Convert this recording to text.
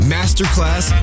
Masterclass